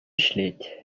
ӗҫлет